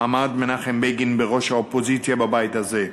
עמד מנחם בגין בראש האופוזיציה בבית הזה.